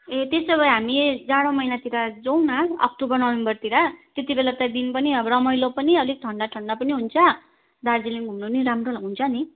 ए त्यसो भए हामी जाडो महिनातिर जाऊँ न अक्टोबर नोभेम्बरतिर त्यति बेला त दिन पनि अब रमाइलो पनि अलिक ठण्डा ठण्डा पनि हुन्छ दार्जिलिङ घुम्नु पनि राम्रो हुन्छ नि